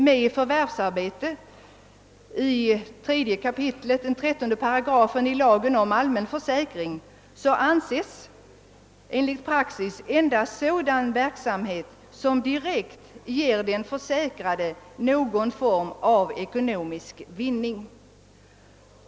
Med förvärvsarbete i 3 kap. 13 § lagen om allmän försäkring avses enligt praxis endast sådan verksamhet, som direkt ger den försäkrade någon form av ekonomisk vinning.